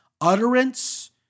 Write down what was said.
utterance